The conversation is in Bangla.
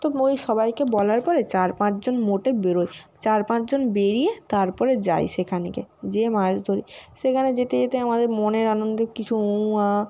তো ওই সবাইকে বলার পরে চার পাঁচজন মোটে বেরোয় চার পাঁচজন বেরিয়ে তারপরে যায় সেখানকে যেয়ে মাছ ধরি সেখানে যেতে যেতে আমাদের মনের আনন্দে কিছু উঁ আঁ